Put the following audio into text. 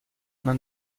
man